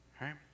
right